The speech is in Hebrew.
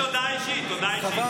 תודה רבה, כבוד השר.